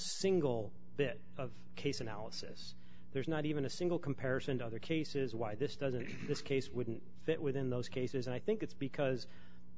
single bit of case analysis there's not even a single comparison to other cases why this doesn't this case wouldn't fit within those cases and i think it's because